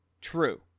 true